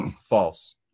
false